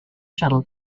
shuttle